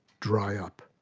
dry up.